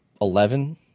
Eleven